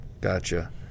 Gotcha